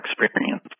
experience